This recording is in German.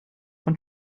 von